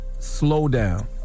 slowdown